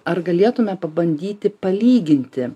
ar galėtumė pabandyti palyginti